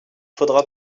faudra